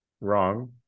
wrong